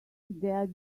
their